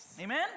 Amen